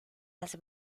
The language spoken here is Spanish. las